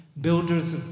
Builders